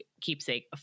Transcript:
keepsake